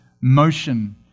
motion